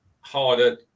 harder –